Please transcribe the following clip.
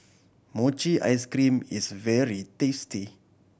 mochi ice cream is very tasty